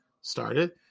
started